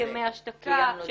הסכמי השתקה.